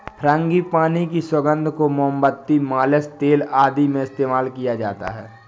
frangipani की सुगंध को मोमबत्ती, मालिश तेल आदि में इस्तेमाल किया जाता है